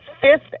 fifth